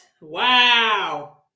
Wow